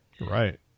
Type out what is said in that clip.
Right